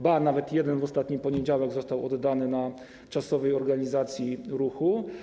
Ba, nawet jeden w ostatni poniedziałek został oddany w ramach czasowej organizacji ruchu.